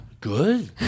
Good